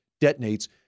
detonates